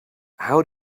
how